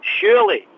surely